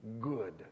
good